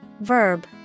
Verb